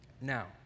Now